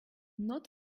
not